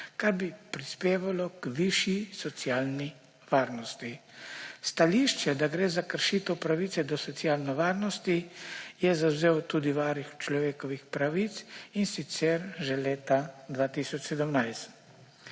kar bi prispevalo k višji socialni varnosti. Stališče, da gre za kršitev pravice do socialne varnosti, je zavzel tudi Varuh človekovih pravic, in sicer že leta 2017.